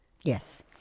Yes